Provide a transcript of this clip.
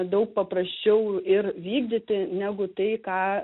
daug paprasčiau ir vykdyti negu tai ką